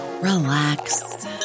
relax